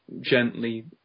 gently